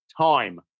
time